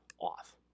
off